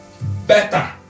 Better